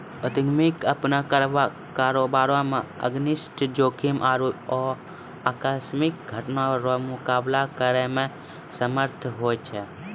उद्यमी अपनो कारोबार मे अनिष्ट जोखिम आरु आकस्मिक घटना रो मुकाबला करै मे समर्थ हुवै छै